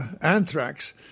anthrax